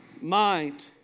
mind